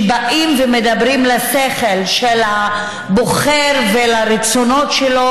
שבאים ומדברים לשכל של הבוחר ולרצונות שלו,